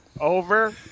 over